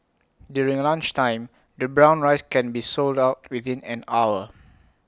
during lunchtime the brown rice can be sold out within an hour